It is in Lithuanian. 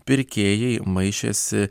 pirkėjai maišėsi